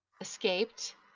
escaped